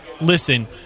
listen